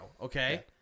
okay